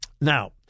Now